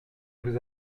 vous